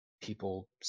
people